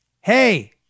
Hey